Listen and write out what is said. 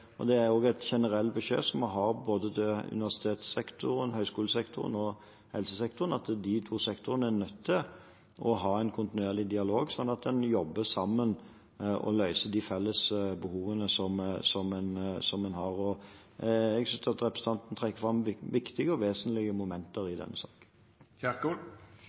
de to sektorene er nødt til å ha en kontinuerlig dialog, slik at en jobber sammen og løser de felles behovene som en har. Jeg synes representanten trekker fram viktige og vesentlige momenter i denne